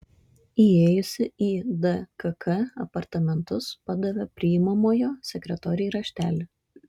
įėjusi į dkk apartamentus padavė priimamojo sekretorei raštelį